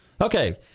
Okay